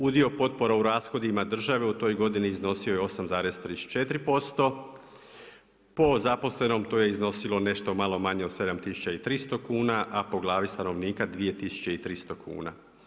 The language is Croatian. Udio potpora u rashodima države u toj godini iznosio je 8,34%, po zaposlenom to je iznosilo nešto malo manje od 7300 kuna, a po glavi stanovnika 2300 kuna.